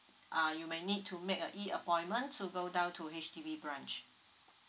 uh you may need to make a E appointment to go down to H_D_B branch